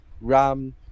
RAM